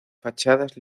fachadas